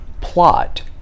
plot